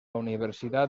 universidad